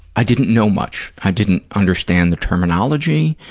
i didn't know much. i didn't understand the terminology.